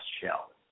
shell